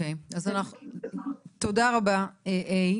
אוקיי, תודה רבה ה'